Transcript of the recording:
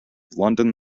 london